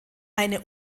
eine